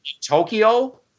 Tokyo